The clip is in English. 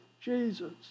Jesus